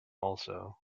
also